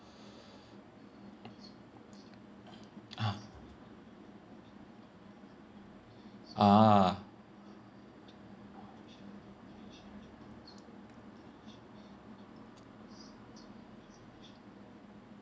ah ah